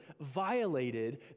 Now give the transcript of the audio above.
violated